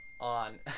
on